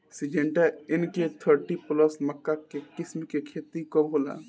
Syngenta NK thirty plus मक्का के किस्म के खेती कब होला?